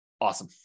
Awesome